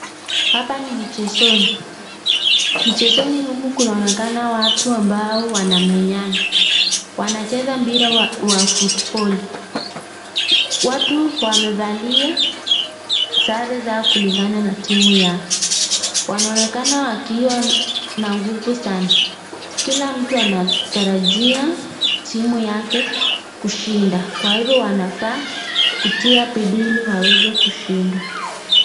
Hapa ni michezoni. Michezoni humu kunaonekana watu ambao wanamenyana wanacheza mpira wa footboli . Watu wamevalia sare yao kulingana na timu yao. Wanaonekana wakiwa na nguvu sana kila mtu anatarajia timu yake kushinda, kwa hivo wanafaa kutia bidii ili waweze kushinda.